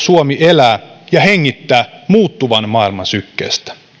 suomi elää ja hengittää muuttuvan maailman sykkeestä